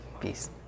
Peace